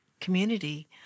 community